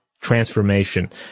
transformation